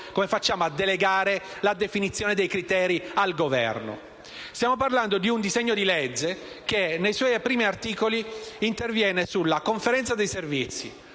come facciamo a delegare la definizione dei criteri al Governo? Il disegno di legge nei suoi primi articoli interviene sulla Conferenza dei servizi,